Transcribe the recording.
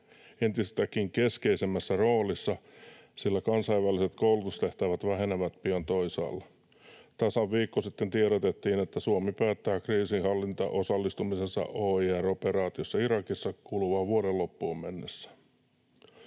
entistäkin keskeisemmässä roolissa, sillä kansainväliset koulutustehtävät vähenevät pian toisaalle. Tasan viikko sitten tiedotettiin, että Suomi päättää kriisinhallintaosallistumisensa OIR-operaatiossa Irakissa kuluvan vuoden loppuun mennessä.